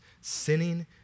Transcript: sinning